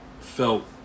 felt